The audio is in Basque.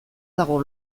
dago